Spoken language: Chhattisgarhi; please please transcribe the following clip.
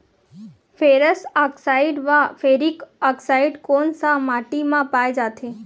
फेरस आकसाईड व फेरिक आकसाईड कोन सा माटी म पाय जाथे?